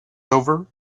over